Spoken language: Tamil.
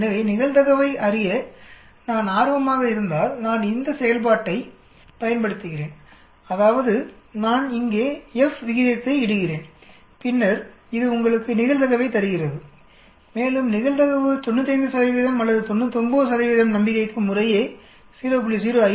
எனவே நிகழ்தகவை அறிய நான் ஆர்வமாக இருந்தால்நான் இந்த செயல்பாட்டைப் பயன்படுத்துகிறேன்அதாவதுநான் இங்கே F விகிதத்தை இடுகிறேன் பின்னர் இது உங்களுக்கு நிகழ்தகவைத் தருகிறது மேலும் நிகழ்தகவு 95 அல்லது 99 நம்பிக்கைக்கு முறையே 0